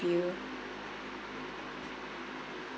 review